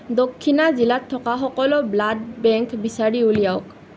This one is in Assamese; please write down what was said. দক্ষিণা জিলাত থকা সকলো ব্লাড বেংক বিচাৰি উলিয়াওক